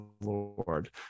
Lord